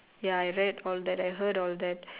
ya I read all that I heard all that